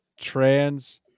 trans